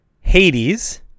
Hades